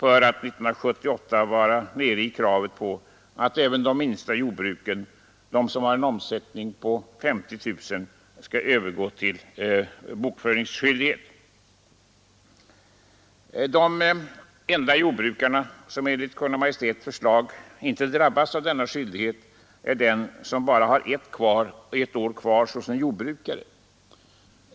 År 1978 skall även de minsta jordbruken, med en omsättning understigande 50 000 kronor, omfattas av bokföringsskyldigheten. De enda jordbrukare som enligt Kungl. Maj:ts förslag inte drabbas av denna skyldighet är de som bara har ett år kvar som jordbrukare.